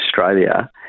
Australia